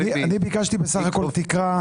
אני ביקשתי סך הכול תקרה.